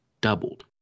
doubled